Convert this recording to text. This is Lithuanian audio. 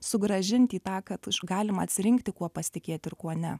sugrąžinti į tą kad galima atsirinkti kuo pasitikėti ir kuo ne